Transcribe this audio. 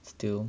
still